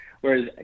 whereas